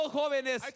jóvenes